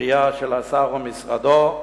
המטרייה של השר ומשרדו,